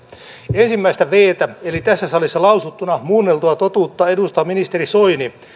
ensimmäistä viittä eli tässä salissa lausuttuna muunneltua totuutta edustaa ministeri soini